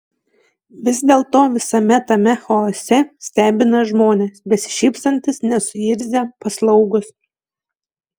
vis dėlto visame tame chaose stebina žmonės besišypsantys nesuirzę paslaugūs